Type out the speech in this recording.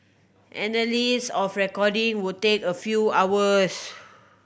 analysis of recording would take a few hours